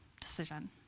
decision